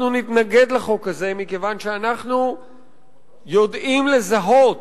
אנחנו נתנגד לחוק הזה, מכיוון שאנחנו יודעים לזהות